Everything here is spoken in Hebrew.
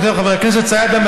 כותב חבר הכנסת סידה,